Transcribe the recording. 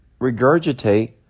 regurgitate